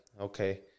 okay